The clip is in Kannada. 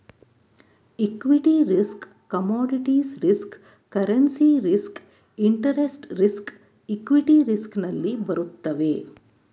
equity risk commodities risk currency risk interest risk equity risk ನಲ್ಲಿ ಬರುತ್ತವೆ